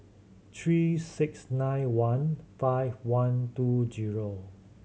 three six nine one five one two zero